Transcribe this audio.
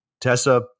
Tessa